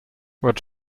what